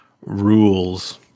rules